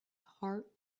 heart